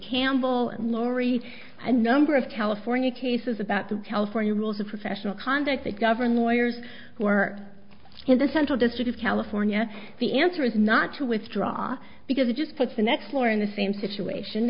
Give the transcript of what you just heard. campbell and laurie a number of california cases about the california rules of professional conduct that govern lawyers who are in the central district of california the answer is not to withdraw because it just puts the next lawyer in the same situation